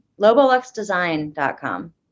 loboluxdesign.com